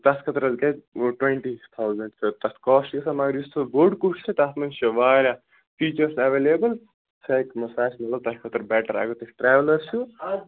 تَتھ خٲطرٕ حظ گٔے ٹُونٛٹی تھَوٚزنٛٹ چھُ تَتھ کاسٹ چھُ گژھان مگر یُس سُہ بوٚڑ کوٹھ چھُ تَتھ منٛز چھِ وارِیاہ فیٖچٲرٕس ایٚولیبٕل سُہ ہیٚکہِ سُہ آسہِ مطلب تۄہہِ خٲطرٕ بیٚٹر اگر تۄہہِ ٹرٛیوٕلر چھیٚو